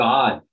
God